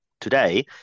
Today